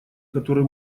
которые